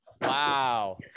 Wow